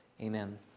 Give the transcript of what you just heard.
Amen